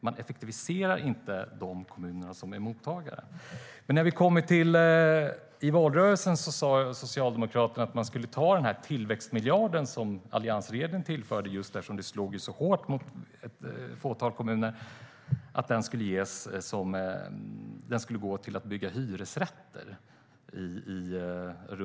Man effektiviserar inte i de kommuner som är mottagare.I valrörelsen sade Socialdemokraterna att man skulle använda tillväxtmiljarden som alliansregeringen tillförde, eftersom det slog så hårt mot ett fåtal kommuner, för att bygga hyresrätter.